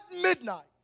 midnight